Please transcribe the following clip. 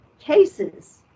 cases